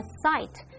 site